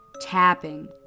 tapping